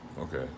Okay